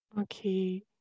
Okay